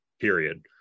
period